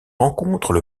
rencontrent